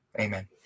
Amen